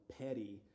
petty